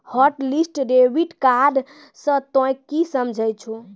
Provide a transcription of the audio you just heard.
hotlist debit card से तोंय की समझे छौं